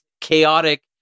chaotic